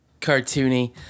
cartoony